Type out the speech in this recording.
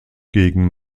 gegen